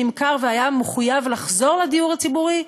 שנמכר והיה מחויב לחזור לדיור הציבורי,